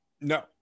No